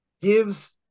gives